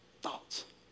Thoughts